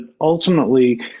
ultimately